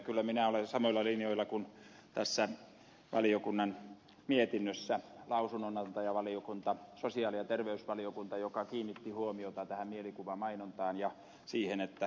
kyllä minä olen samoilla linjoilla kuin tässä valiokunnan mietinnössä lausunnonantajavaliokunta sosiaali ja terveysvaliokunta joka kiinnitti huomiota tähän mielikuvamainontaan ja siihen että siihenkin pitäisi puuttua